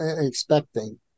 expecting